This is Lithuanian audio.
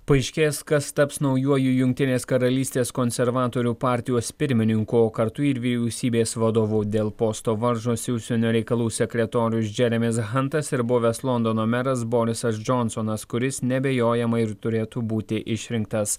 paaiškės kas taps naujuoju jungtinės karalystės konservatorių partijos pirmininku o kartu ir vyriausybės vadovu dėl posto varžosi užsienio reikalų sekretorius džeremis hantas ir buvęs londono meras borisas džonsonas kuris neabejojama ir turėtų būti išrinktas